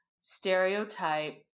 stereotype